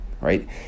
right